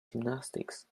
gymnastics